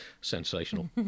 sensational